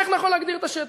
איך נכון להגדיר את השטח.